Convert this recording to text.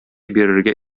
бирергә